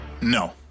No